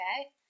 okay